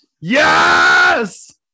Yes